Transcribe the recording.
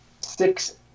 six